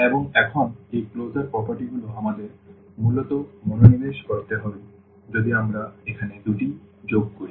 এবং এখন এই ক্লোজার প্রপার্টি গুলো আমাদের মূলত মনোনিবেশ করতে হবে যদি আমরা এখানে দুটি যোগ করি